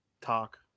talk